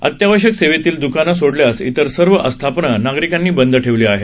अत्यावश्यक सेवेतली द्कानं सोडल्यास इतर सर्व आस्थापनं नागरिकांनी बंद ठेवली आहेत